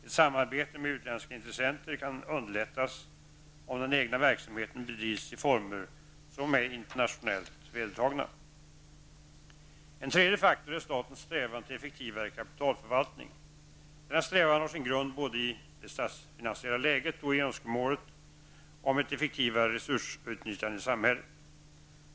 Ett samarbete med utländska intressenter kan underlättas om den egna verksamheten bedrivs i former som är internationellt vedertagna. En tredje faktor är statens strävan till effektivare kapitalförvaltning. Denna strävan har sin grund både i det statsfinansiella läget och i önskemål om ett effektivare resursutnyttjande i samhället.